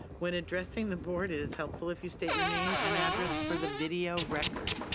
when addressing the board, it is helpful if you state your name and address for the video record.